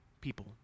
people